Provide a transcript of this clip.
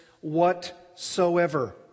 whatsoever